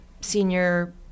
senior